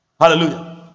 Hallelujah